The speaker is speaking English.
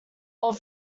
old